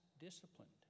disciplined